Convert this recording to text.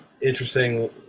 interesting